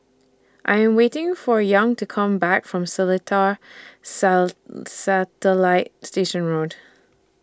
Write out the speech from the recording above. I Am waiting For Young to Come Back from Seletar Satellite Station Road